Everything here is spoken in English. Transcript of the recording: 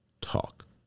talk